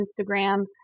Instagram